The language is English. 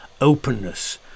openness